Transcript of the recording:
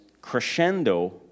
crescendo